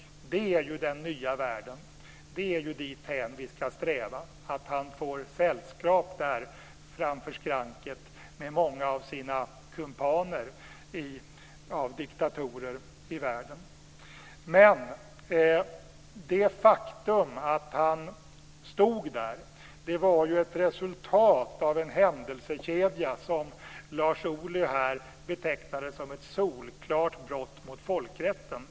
Det är den nya världen. Vi ska sträva dithän att han får sällskap framför skranket av många av hans kumpaner bland diktatorer i världen. Det faktum att Milosevic stod där var ett resultat av en händelsekedja som Lars Ohly betecknade som ett solklart brott mot folkrätten.